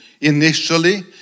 initially